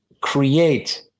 create